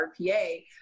RPA